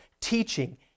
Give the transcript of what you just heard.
teaching